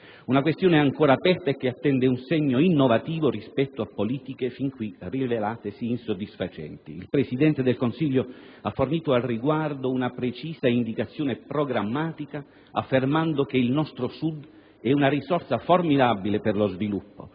una questione ancora aperta e che attende un segno innovativo rispetto a politiche fin qui rivelatesi insoddisfacenti. Il Presidente del Consiglio ha fornito al riguardo una precisa indicazione programmatica, affermando che il nostro Sud è una risorsa formidabile per lo sviluppo,